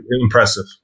impressive